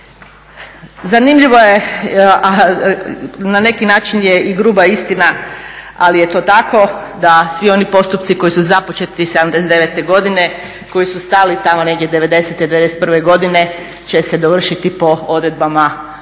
Zanimljivo je a na neki način je i gruba istina ali je to tako da svi oni postupci koji su započeti '79. godine koji su stali tamo negdje '90.-te, '91. godine će se dovršiti po odredbama novog